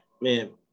Man